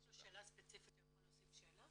אם יש לו שאלה ספציפית הוא יכול להוסיף שאלות?